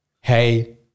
hey